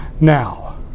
Now